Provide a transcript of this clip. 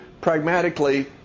pragmatically